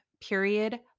period